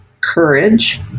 courage